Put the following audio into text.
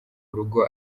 urugo